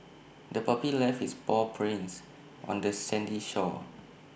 the puppy left its paw prints on the sandy shore